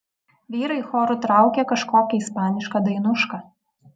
vyrai choru traukė kažkokią ispanišką dainušką